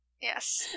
Yes